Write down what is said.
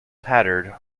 pattered